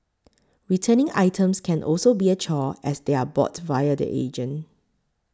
returning items can also be a chore as they are bought via the agent